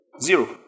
Zero